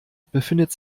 befindet